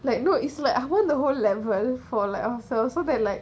like no it's like I want the whole level for like ourselves so that like